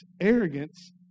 Arrogance